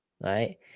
right